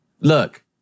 Look